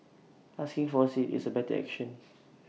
asking for A seat is A better action